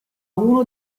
uno